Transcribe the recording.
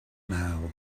now